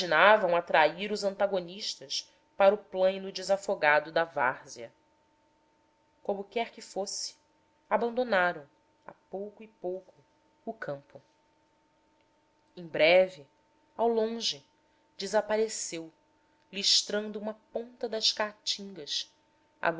imaginavam atrair os antagonistas para o plaino desafogado da várzea como quer que fosse abandonaram a pouco e pouco o campo em breve ao longe desapareceu listrando uma ponta das caatingas